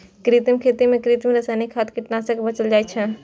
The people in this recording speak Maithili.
जैविक खेती मे कृत्रिम, रासायनिक खाद, कीटनाशक सं बचल जाइ छै